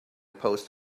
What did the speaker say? post